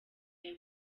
aya